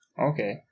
Okay